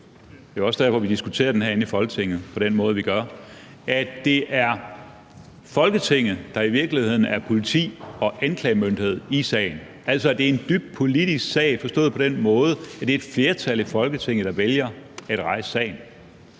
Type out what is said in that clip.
det er også derfor, vi diskuterer den herinde i Folketinget på den måde, vi gør – at det er Folketinget, der i virkeligheden er politi og anklagemyndighed i sagen, altså, at det er en dybt politisk sag, forstået på den måde, at det er et flertal i Folketinget, der vælger at rejse sagen?